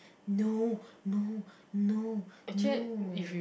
no no no no